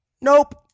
nope